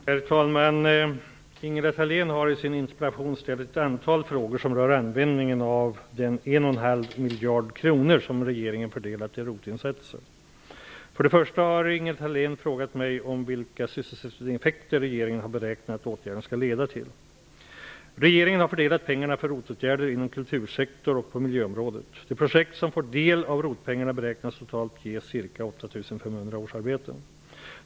Herr talman! Ingela Thalén har i sin interpellation ställt ett antal frågor som rör användningen av den och en halv miljard kronor som regeringen har fördelat till ROT-insatser. För det första har Ingela Thalén frågat mig om vilka sysselsättningseffekter regeringen har beräknat att åtgärderna skall leda till. Regeringen har fördelat pengarna för ROT åtgärder inom kultursektorn och på miljöområdet. De projekt som får del av ROT-pengarna beräknas totalt ge ca 8 500 årsarbeten.